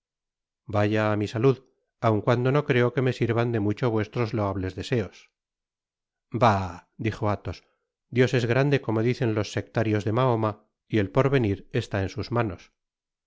vaya á mi salud aun cuando no creo que me sirvan de mucho vuestros loables deseos bah dijo athos dios es grande como dicen los sectarios de mahoma y el porvenir está en sus manos